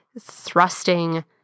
thrusting